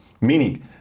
Meaning